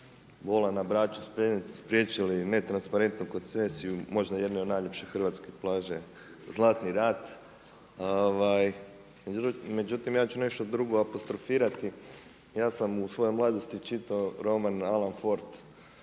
Bola na Braču, spriječili netransparentnu koncesiju, možda jednu od najljepših hrvatskih plaža Zlatni rat, ja ću nešto drugo apostrofirati, ja sam u svojoj mladosti čitao roman Alan Ford